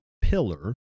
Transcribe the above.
pillar